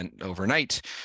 overnight